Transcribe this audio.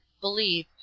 believe